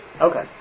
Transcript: Okay